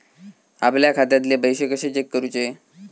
आपल्या खात्यातले पैसे कशे चेक करुचे?